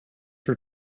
her